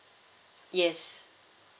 yes